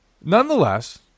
Nonetheless